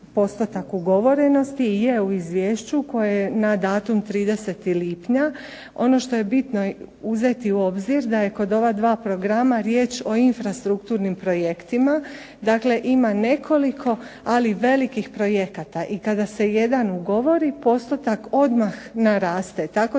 ugovorenosti i je u izvješću koje je na datum 30. lipnja, ono što je bitno uzeti u obzir da je kod ova dva programa riječ o infrastrukturnim projektima, dakle ima nekoliko ali velikih projekata, i kada se jedan ugovori postotak odmah naraste,